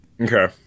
okay